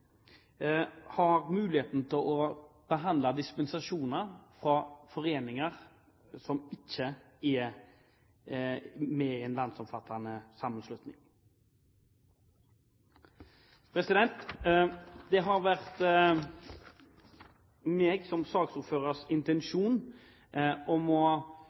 har mulighet til å forhandle dispensasjoner fra foreninger som ikke er med i en landsomfattende sammenslutning. Det har vært min intensjon som